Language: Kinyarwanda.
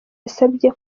yasabye